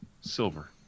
silver